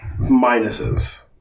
minuses